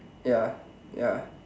ya